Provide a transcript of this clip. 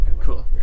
Cool